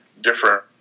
different